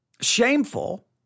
shameful